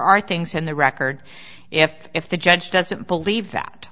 are things in the record if if the judge doesn't believe that